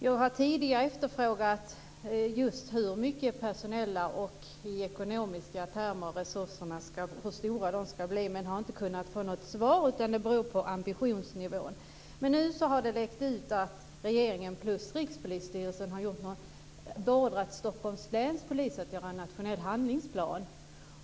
Jag har tidigare efterfrågat just hur stora de personella och ekonomiska resurserna ska bli men har inte kunnat få något svar utan har fått veta att det beror på ambitionsnivån. Nu har det läckt ut att regeringen och Rikspolisstyrelsen har beordrat Stockholms läns poliser att göra en nationell handlingsplan.